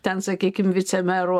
ten sakykim vicemerų